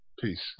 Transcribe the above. Peace